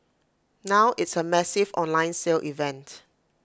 now it's A massive online sale event